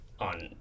on